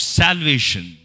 salvation